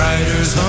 Riders